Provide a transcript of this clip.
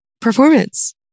performance